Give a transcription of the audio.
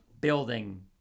building